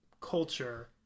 culture